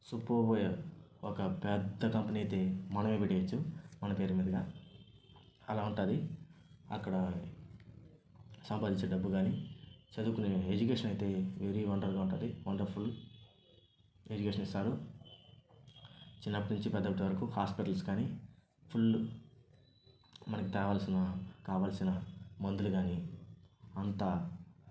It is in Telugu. సూపర్బ్ ఒక పెద్ద కంపెనీ అయితే మనమే పెట్టేయచ్చు మన పేరు మీదగా అలా ఉంటుంది అక్కడ సంపాదించే డబ్బు కానీ చదువుకునే ఎడ్యుకేషన్ అయితే వెరీ వండర్గా ఉంటుంది వండర్ఫుల్ ఎడ్యుకేషన్ ఇస్తారు చిన్నప్పటి నుంచి పెద్దప్పటి వరకు హాస్పిటల్స్ కానీ ఫుల్ మనకు కావాల్సిన కావాల్సిన మందులు కాని అంతా